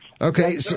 Okay